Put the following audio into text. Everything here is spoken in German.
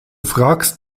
fragst